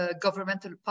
governmental